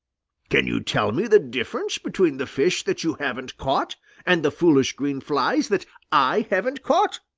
can you tell me the difference between the fish that you haven't caught and the foolish green flies that i haven't caught?